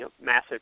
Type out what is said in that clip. massive